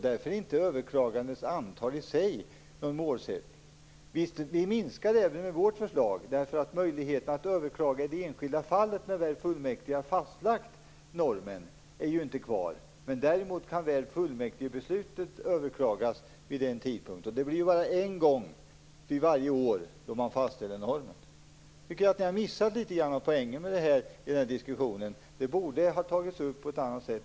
Därför är inte antalet överklaganden i sig någon målsättning. Det minskar även med vårt förslag därför att möjligheten att överklaga i det enskilda fallet när fullmäktige väl har fastlagt normen inte finns kvar. Däremot kan fullmäktigebeslutet överklagas. Det blir bara en gång varje år då man fastställer normen. Jag tycker att ni något missat poängen i diskussionen. Detta borde ha tagits upp på ett annat sätt.